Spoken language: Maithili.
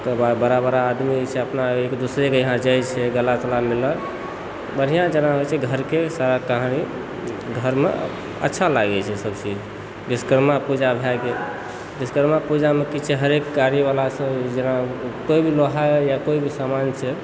बड़ा बड़ा आदमी अपन एक दूसरेके यहाँ जाइ छै गला तला मिलल बढ़िआँ जेना होइ छै घरके कहानी घरमे अच्छा लागै छै सभ चीज विश्वकर्मा पुजा भए गेल विश्वकर्मा पूजामे की छै हरेक गाड़ीवालासभ जेना पैघ लोहावला पैघ समान छै